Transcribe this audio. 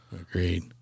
Agreed